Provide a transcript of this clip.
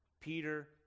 Peter